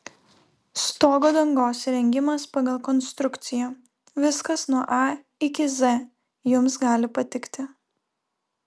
stogo dangos įrengimas pagal konstrukciją viskas nuo a iki z jums gali patikti